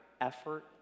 effort